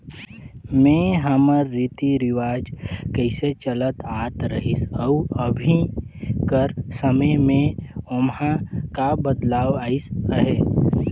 में हमर रीति रिवाज कइसे चलत आत रहिस अउ अभीं कर समे में ओम्हां का बदलाव अइस अहे